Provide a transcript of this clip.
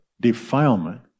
defilement